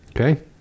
Okay